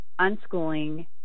unschooling